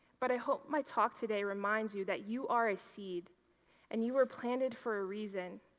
but i hope my talk today reminds you that you are a seed and you were planted for a reason,